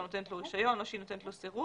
נותנת לו רישיון או שהיא נותנת לו סירוב.